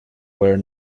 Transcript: where